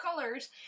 colors